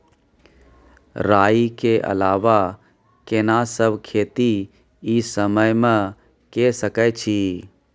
राई के अलावा केना सब खेती इ समय म के सकैछी?